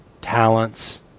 talents